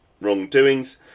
wrongdoings